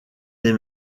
dès